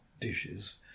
dishes